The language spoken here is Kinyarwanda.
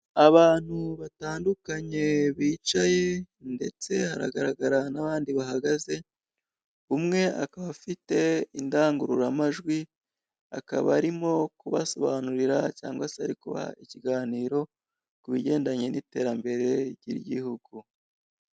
Abantu batandukanye bicaye, ndetse hagaragara n'abandi bahagaze, umwe akaba afite indangururamajwi akaba arimo kubasobanurira cyangwa se ari kubaha ikiganiro, ku bigendanye n'iterambere ry'igihugu.